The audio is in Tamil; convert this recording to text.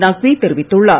நக்வி தெரிவித்துள்ளார்